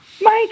Mike